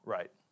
Right